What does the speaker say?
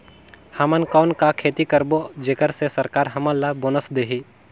हमन कौन का खेती करबो जेकर से सरकार हमन ला बोनस देही?